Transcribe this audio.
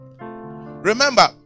Remember